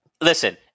Listen